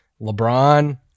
LeBron